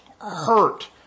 hurt